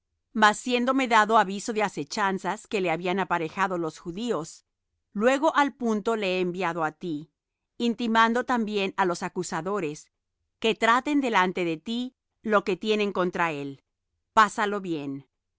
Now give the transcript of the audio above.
siéndome dado aviso de asechanzas que le habían aparejado los judíos luego al punto le he enviado á ti intimando también á los acusadores que traten delante de ti lo que tienen contra él pásalo bien